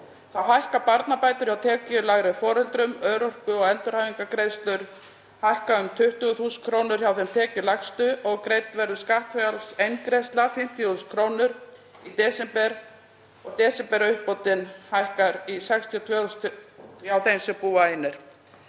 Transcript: Þá hækka barnabætur hjá tekjulægri foreldrum, örorku- og endurhæfingargreiðslur hækka um 20.000 kr. hjá þeim tekjulægstu og greidd verður skattfrjáls eingreiðsla, 50.000 kr., í desember og desemberuppbótin hækkar í 62.000 kr. hjá þeim sem búa einir.